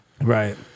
Right